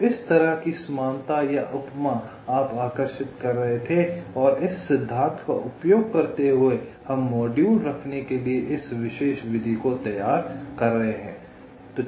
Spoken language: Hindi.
तो इस तरह की समानता या उपमा आप आकर्षित कर रहे थे और इस सिद्धांत का उपयोग करते हुए हम मॉड्यूल रखने के लिए इस विशेष विधि को तैयार कर रहे हैं